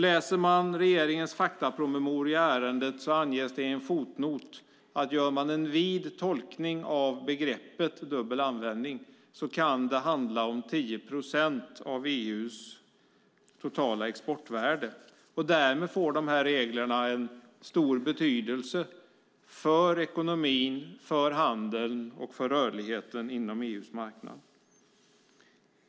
Läser man regeringens faktapromemoria i ärendet anges det i en fotnot att om man gör en vid tolkning av begreppet "dubbel användning" kan det handla om 10 procent av EU:s totala exportvärde. Därmed får dessa regler en stor betydelse för ekonomi, handel och rörlighet inom EU:s marknad.